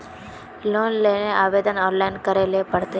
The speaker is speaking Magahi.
लोन लेले आवेदन ऑनलाइन करे ले पड़ते?